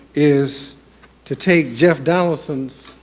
is to take jeff donaldson's